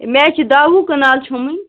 مےٚ چھِ دہ وُہ کنال چھوٚمبن